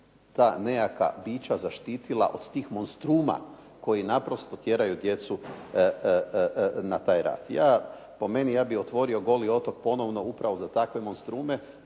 ta nejaka bića zaštitila od tih monstruma koji naprosto tjeraju djecu na taj rad. Po meni, ja bih otvorio Goli otok ponovno upravo za takve monstrume